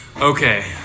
Okay